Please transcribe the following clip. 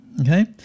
Okay